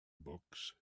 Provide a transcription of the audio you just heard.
books